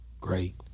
Great